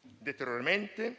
deterioramento